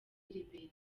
liberia